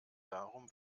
darum